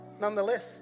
nonetheless